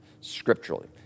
scripturally